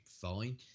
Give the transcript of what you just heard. fine